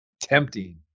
Tempting